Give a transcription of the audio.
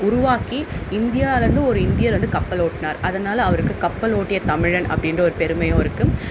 உருவாக்கி இந்தியாலேருந்து ஒரு இந்தியர் வந்து கப்பல் ஓட்டினார் அதனால் அவருக்கு கப்பல் ஓட்டிய தமிழன் அப்படின்ற ஒரு பெருமையும் இருக்குது